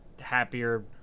happier